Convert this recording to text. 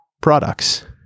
Products